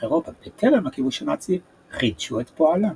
אירופה בטרם הכיבוש הנאצי חידשו את פועלן.